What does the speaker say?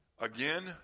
Again